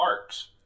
arcs